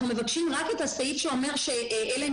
אנחנו מבקשים רק את הסעיף שאומר: אלא אם